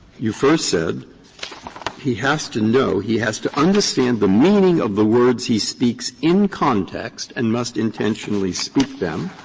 you first said he has to know, he has to understand the meaning of the words he speaks in context and must intentionally speak them,